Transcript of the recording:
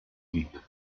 dic